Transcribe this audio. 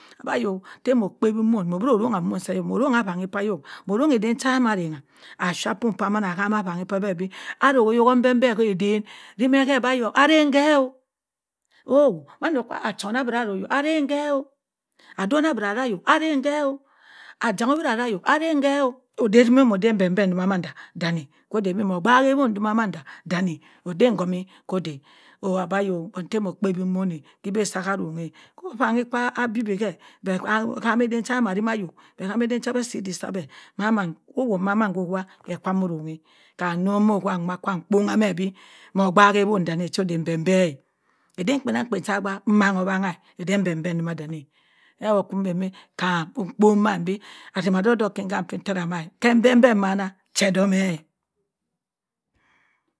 Abi ayo ta mo kpawi ownn modira arrong ownn sa monronng abanni pa ayok moronng cha amma ananng ephypum paman bẹ hami avanni pabẹ ara oyok epenper ka aden rima ke bi ayi aran kẹ-o adon a bira ara ayok arrang ke-o oda epenper mandu dani ko da bi buaki awon doma manda dani adagumi koda abi ayo bong ta mo pawi ewon ki iba sa arronng-a ka opayi ka abi ibe mẹ bẹ hawi aden cha be ama arima ayok ohami aden sa be asi odik sa bẹ ko owowbh ka ma ohow kẹ kwa mo ororia kam nnong ko owowa kwaam mbong-a mẹ bi mo daak-i awon danni aodu empenpar aden kpanankpa cha abak nwanko nwan-a oda empenper wa danna mah wo nku dendi kaun ndok ma atzim odok-odok kima bi ittara ma ke empenper dann che do meh